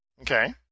Okay